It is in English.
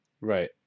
Right